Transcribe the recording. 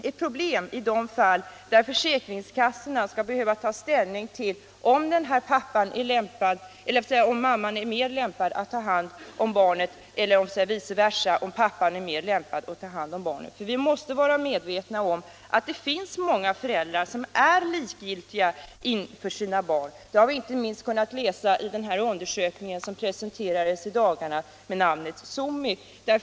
I de fall där försäkringskassorna skall behöva ta ställning till om mamman eller pappan är mest lämpad att ta hand om barnen uppstår det problem. Vi måste vara medvetna om att det finns många föräldrar som är likgiltiga inför sina barn. Det har vi kunnat läsa inte minst i den undersökning som presenterats i dagarna under namnet SOMI.